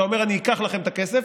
אתה אומר: אני אקח לכם את הכסף,